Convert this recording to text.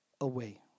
away